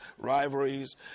rivalries